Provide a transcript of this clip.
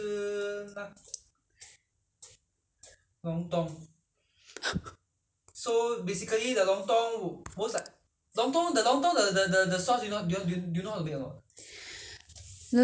the lontong sauce I don't know how to make there's a lot of you need a lot of spices you know lontong it's not easy to make you know you mean you want to make from scratch ah or